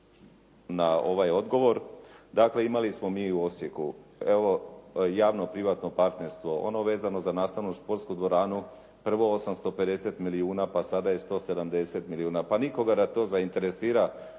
na ovaj odgovor. Dakle, imali smo mi u Osijeku, evo javno-privatno partnerstvo ono vezano za nastavnu športsku dvoranu prvo 850 milijuna, pa sada je 170 milijuna, pa nikoga da to zainteresira